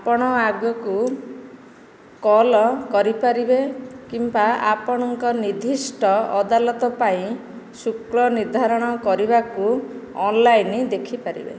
ଆପଣ ଆଗକୁ କଲ୍ କରିପାରିବେ କିମ୍ୱା ଆପଣଙ୍କ ନିର୍ଦ୍ଦିଷ୍ଟ ଅଦାଲତ ପାଇଁ ଶୁଳ୍କ ନିର୍ଦ୍ଧାରଣ କରିବାକୁ ଅନଲାଇନ୍ ଦେଖିପାରିବେ